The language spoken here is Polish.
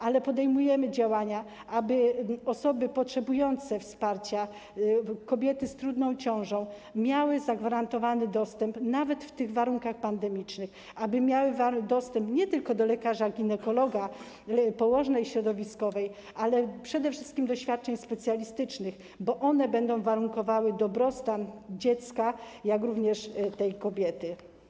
Ale podejmujemy działania, aby osoby potrzebujące wsparcia, kobiety z trudną ciążą, miały zagwarantowany dostęp do niego nawet w warunkach pandemicznych, aby miały dostęp nie tylko do lekarza ginekologa, położnej środowiskowej, lecz także do świadczeń specjalistycznych, bo one będą warunkowały dobrostan zarówno dziecka, jak i kobiety.